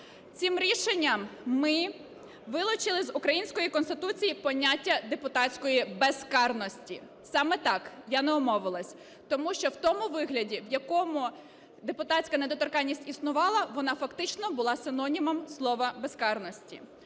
Цим рішенням ми вилучили з української Конституції поняття "депутатської безкарності". Саме так, я не омовилась, тому що в тому вигляді, в якому депутатська недоторканність існувала, вона, фактично, була синонімом слова "безкарності".